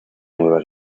nueva